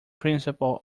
principle